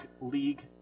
league